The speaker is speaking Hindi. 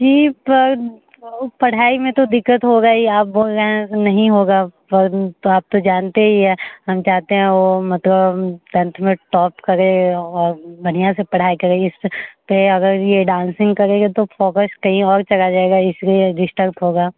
जी पर वह पढ़ाई में तो दिक़्क़त होगी ही आप बोल रहे हैं नहीं होगा पर आप तो जानते ही है हम चाहते हैं वह मतलब टेंथ में टॉप करे और बढ़िया से पढ़ाई करे इस पर अगर यह डांसिंग करेगा तो फोकस कहीं और चला जाएगा इसलिए डिस्टर्प होगा